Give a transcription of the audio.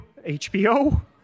HBO